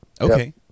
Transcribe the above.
Okay